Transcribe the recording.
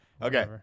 Okay